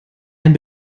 ein